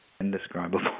Indescribable